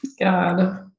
God